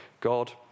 God